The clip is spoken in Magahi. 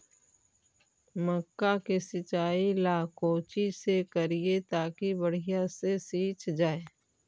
मक्का के सिंचाई ला कोची से करिए ताकी बढ़िया से सींच जाय?